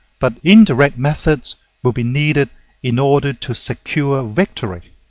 but indirect methods will be needed in order to secure victory.